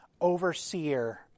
overseer